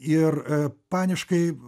ir paniškai